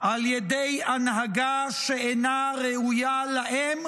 על ידי הנהגה שאינה ראויה להם,